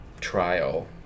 trial